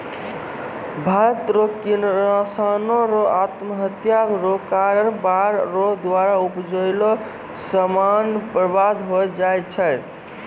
भारत रो किसानो रो आत्महत्या रो कारण बाढ़ रो द्वारा उपजैलो समान बर्बाद होय जाय छै